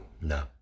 No